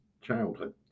childhood